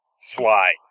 slide